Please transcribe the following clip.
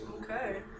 Okay